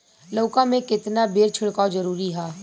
लउका में केतना बेर छिड़काव जरूरी ह?